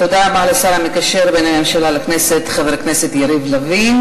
תודה רבה לשר המקשר בין הממשלה לכנסת חבר הכנסת יריב לוין.